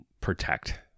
protect